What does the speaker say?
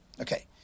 Okay